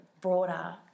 broader